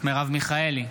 מרב מיכאלי,